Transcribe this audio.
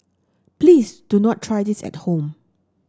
please do not try this at home